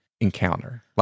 encounter